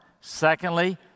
Secondly